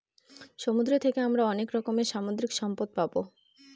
সমুদ্র থাকে আমরা অনেক রকমের সামুদ্রিক সম্পদ পাবো